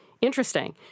interesting